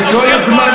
הוא ישן.